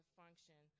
function